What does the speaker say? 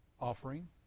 offering